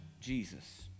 Jesus